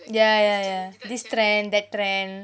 yeah yeah yeah this trend that trend